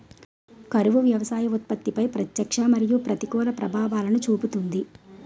కరువు వ్యవసాయ ఉత్పత్తిపై ప్రత్యక్ష మరియు ప్రతికూల ప్రభావాలను చూపుతుంది